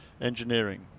Engineering